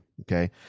Okay